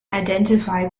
identify